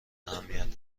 اهمیت